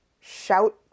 shout